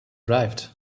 arrived